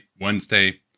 Wednesday